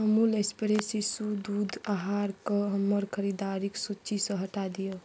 अमूल इसपरे शिशु दूध आहारके हमर खरीदारिक सूचीसँ हटा दिऔ